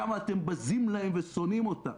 כמה אתם בזים להם ושונאים אותם.